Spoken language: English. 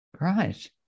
Right